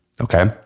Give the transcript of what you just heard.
Okay